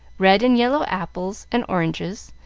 red and yellow apples and oranges,